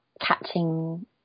catching